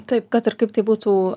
taip kad ir kaip tai būtų